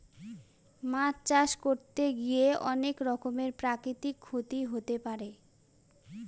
মাছ চাষ করতে গিয়ে অনেক রকমের প্রাকৃতিক ক্ষতি হতে পারে